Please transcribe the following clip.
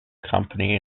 company